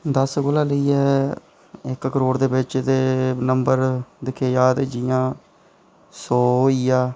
दस्स कोला लेइयै इक्क करोड़ बिच दे नंबर दिक्खे जा ते जियां सौ होइया